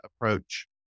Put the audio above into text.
approach